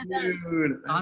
Dude